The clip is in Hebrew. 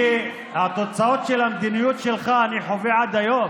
כי את התוצאות של המדיניות שלך אני חווה עד היום.